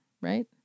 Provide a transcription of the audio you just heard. right